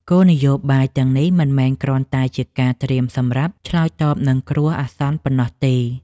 គោលនយោបាយទាំងនេះមិនមែនគ្រាន់តែជាការត្រៀមសម្រាប់ឆ្លើយតបនឹងគ្រោះអាសន្នប៉ុណ្ណោះទេ។